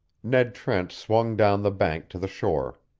ned trent swung down the bank to the shore.